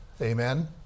Amen